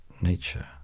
nature